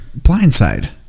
Blindside